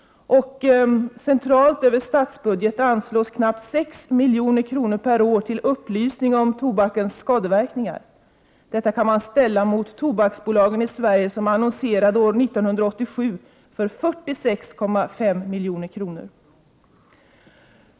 Centralt över statsbudgeten anslås knappt 6 milj.kr. per år till upplysning om tobakens skadeverkningar. Detta kan ställas mot att Tobaksbolaget i Sverige år 1987 annonserade för 46,5 milj.kr.